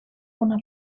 una